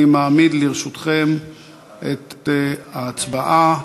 אני מעמיד לרשותכם את ההצבעה.